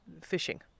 fishing